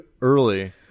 early